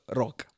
rock